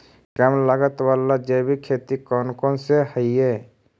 कम लागत वाला जैविक खेती कौन कौन से हईय्य?